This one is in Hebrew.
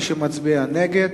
מי שמצביע נגד,